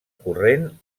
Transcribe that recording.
corrent